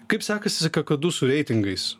kaip sekasi kakadu su reitingais